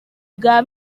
bwa